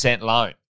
loan